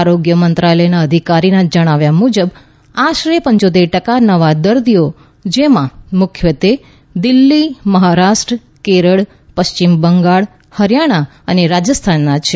આરોગ્ય મંત્રાલયનાં અધિકારીના જણાવ્યા મુજબ આશરે પંચોતેર ટકા નવા દર્દીઓ દસ રાજ્યો જેમાં મુખ્યત્વે દિલ્હી મહારાષ્ટ્ર કેરળ પશ્વિમ બંગાળ હરિયાણા અને રાજસ્થાન છે